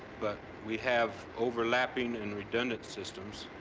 but we have overlapping and redundant systems